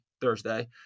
Thursday